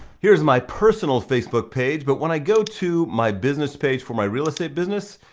here's my personal facebook page, but when i go to my business page for my real estate business,